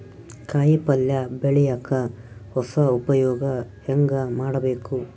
ಕಾಯಿ ಪಲ್ಯ ಬೆಳಿಯಕ ಹೊಸ ಉಪಯೊಗ ಹೆಂಗ ಮಾಡಬೇಕು?